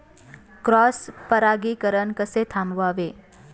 Cross परागीकरण कसे थांबवावे?